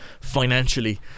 financially